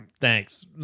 Thanks